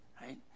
Right